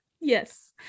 Yes